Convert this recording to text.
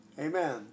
Amen